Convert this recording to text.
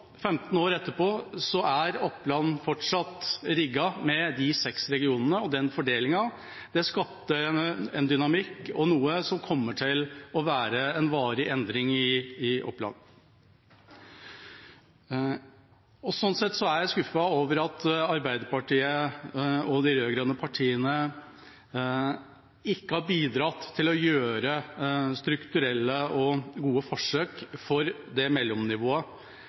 15 år etterpå er Oppland fortsatt rigget med de seks regionene og den fordelingen. Det skapte en dynamikk og noe som kommer til å være en varig endring i Oppland. Sånn sett er jeg skuffet over at Arbeiderpartiet og de rød-grønne partiene ikke har bidratt til å gjøre strukturelle og gode forsøk for det mellomnivået